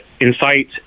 incite